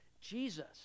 Jesus